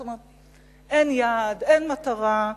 זאת אומרת, אין יעד, אין מטרה.